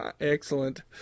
Excellent